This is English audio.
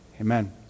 amen